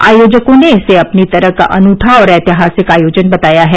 आयोजकों ने इसे अपनी तरह का अनूठा और ऐतिहासिक आयोजन बताया है